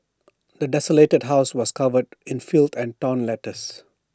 the desolated house was covered in filth and torn letters